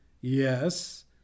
Yes